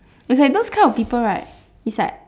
is like those kind of people right is like